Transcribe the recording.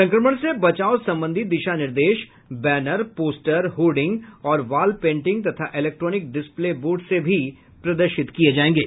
संक्रमण से बचाव संबंधी दिशा निर्देश बैनर पोस्टर होर्डिंग और वॉल पेंटिंग तथा इलेक्ट्रॉनिक डिस्पले बोर्ड से भी प्रदर्शित किये जाएगे